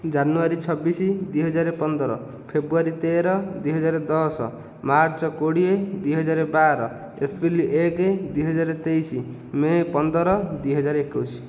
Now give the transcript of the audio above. ଜାନୁଆରୀ ଛବିଶି ଦୁଇହଜାର ପନ୍ଦର ଫେବୃଆରୀ ତେର ଦୁଇହଜାର ଦଶ ମାର୍ଚ୍ଚ କୋଡ଼ିଏ ଦୁଇହଜାର ବାର ଏପ୍ରିଲ ଏକ ଦୁଇହାଜର ତେଇଶି ମେ ପନ୍ଦର ଦୁଇହଜାର ଏକୋଇଶି